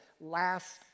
last